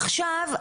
עכשיו,